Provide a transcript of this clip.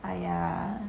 !aiya!